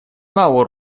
mało